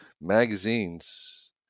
magazines